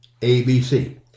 ABC